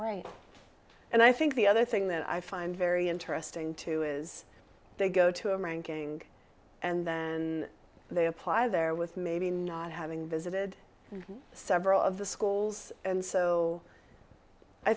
and i think the other thing that i find very interesting too is they go to him and king and then they apply there with maybe not having visited several of the schools and so i